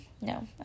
No